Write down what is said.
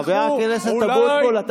חבר הכנסת אבוטבול,